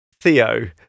Theo